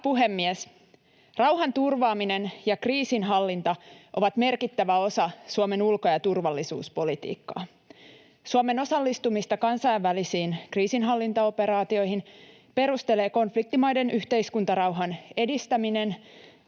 puhemies! Rauhanturvaaminen ja kriisinhallinta ovat merkittävä osa Suomen ulko- ja turvallisuuspolitiikkaa. Suomen osallistumista kansainvälisiin kriisinhallintaoperaatioihin perustelee konfliktimaiden yhteiskuntarauhan edistäminen